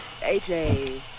AJ